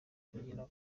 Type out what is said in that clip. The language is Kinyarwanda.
kugira